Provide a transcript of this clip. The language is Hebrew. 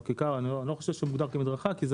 אני לא חושב שזה מוגדר כמדרכה כי זה